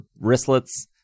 wristlets